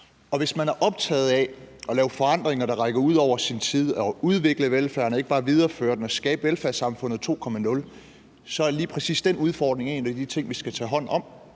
Og hvis man er optaget af at lave forandringer, der rækker ud over ens tid, og at udvikle velfærden og ikke bare videreføre den og skabe velfærdssamfund 2.0, så er lige præcis den udfordring en af de ting, vi skal tage hånd om.